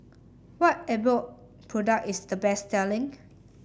what Abbott product is the best selling